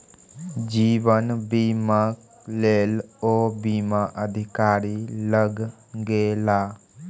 जीवन बीमाक लेल ओ बीमा अधिकारी लग गेला